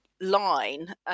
line